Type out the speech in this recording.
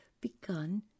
begun